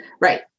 right